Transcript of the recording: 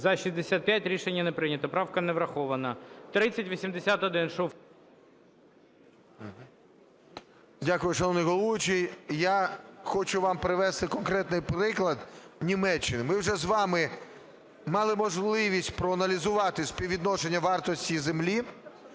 За-65 Рішення не прийнято. Правка не врахована. 3081, Шуфрич. 17:13:06 ШУФРИЧ Н.І. Дякую, шановний головуючий. Я хочу вам привести конкретний приклад Німеччини. Ми вже з вами мали можливість проаналізувати співвідношення вартості землі